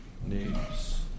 news